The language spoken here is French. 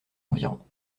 environs